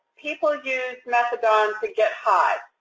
people use methadone to get high,